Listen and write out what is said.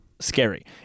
scary